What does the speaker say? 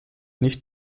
nicht